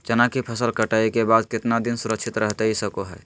चना की फसल कटाई के बाद कितना दिन सुरक्षित रहतई सको हय?